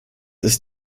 ist